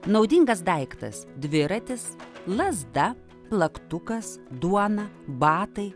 naudingas daiktas dviratis lazda plaktukas duona batai